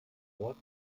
ort